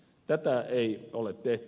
tätä ei ole tehty